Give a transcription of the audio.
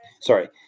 sorry